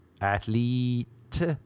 Athlete